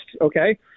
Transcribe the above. Okay